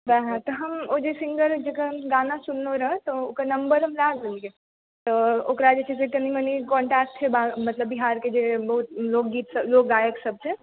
ओएह तऽ हम ओ जे सिङ्गरके जेकर गाना हम सुनलहुँ रऽ ओकर नम्बर हम लए लेलियै तऽ ओकरा जे छै कनि मनी कांटैक्ट छै मतलब बिहारके जे बहुत लोकगीतसभ लोकगायकसभ छै